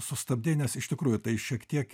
sustabdei nes iš tikrųjų tai šiek tiek